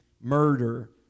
murder